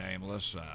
nameless